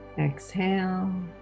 Exhale